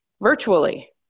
virtually